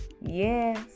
yes